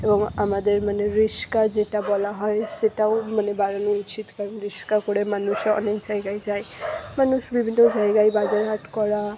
এবং আমাদের মানে রিশকা যেটা বলা হয় সেটাও মানে বাড়ানো উচিত কারণ রিশকা করে মানুষে অনেক জায়গায় যায় মানুষ বিভিন্ন জায়গায় বাজার হাট করা